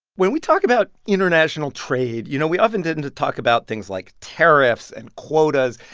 when we talk about international trade, you know, we often tend to talk about things like tariffs and quotas.